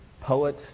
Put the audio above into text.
poet